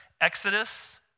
Exodus